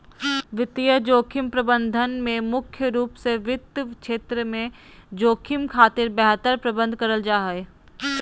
वित्तीय जोखिम प्रबंधन में मुख्य रूप से वित्त क्षेत्र में जोखिम खातिर बेहतर प्रबंध करल जा हय